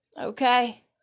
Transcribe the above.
Okay